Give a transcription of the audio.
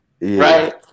right